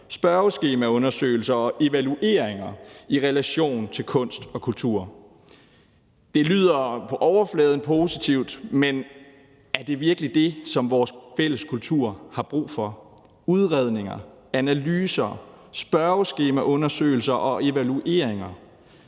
spørgeskemaundersøgelser og evalueringer i relation til kunst og kultur. Det lyder på overfladen positivt, men er det virkelig det, som vores fælles kultur har brug for? Er det udredninger, analyser, spørgeskemaundersøgelser og evalueringer?